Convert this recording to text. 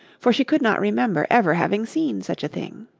for she could not remember ever having seen such a thing.